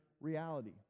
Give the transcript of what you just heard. reality